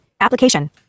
Application